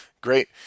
Great